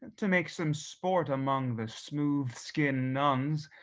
to make some sport among the smooth-skin nuns,